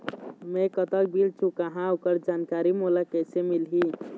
मैं कतक बिल चुकाहां ओकर जानकारी मोला कइसे मिलही?